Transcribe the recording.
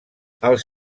els